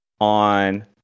on